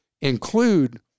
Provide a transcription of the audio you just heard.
include